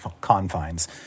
confines